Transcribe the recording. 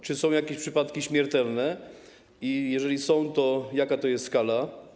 Czy są jakieś przypadki śmiertelne, a jeżeli są, to jaka jest ich skala?